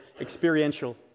experiential